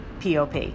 POP